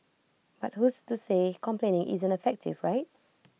but who's to say complaining isn't effective right